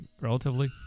relatively